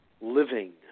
living